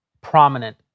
prominent